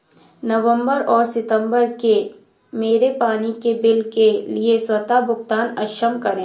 नवंबर और सितंबर के मेरे पानी के बिल के लिए स्वतः भुगतान करें